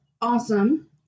awesome